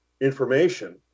information